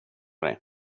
dig